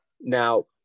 Now